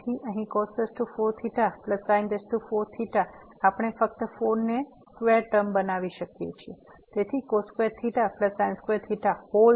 તેથી અહીં આપણે ફક્ત 4 ને સ્ક્વેર ટર્મ બનાવી શકીએ છીએ તેથી 2